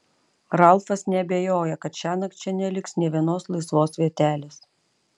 ralfas neabejojo kad šiąnakt čia neliks nė vienos laisvos vietelės